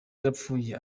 yarapfuye